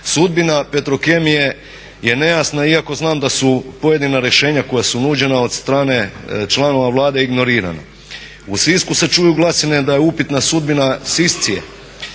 Sudbina Petrokemije je nejasna iako znam da su pojedina rješenja koja su nuđena od strane članova Vlade ignorirana. U Sisku se čuju glasine da je upitna sudbina Siscia-e.